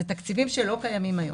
זה תקציבים שלא קיימים היום.